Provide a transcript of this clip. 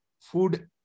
food